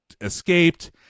escaped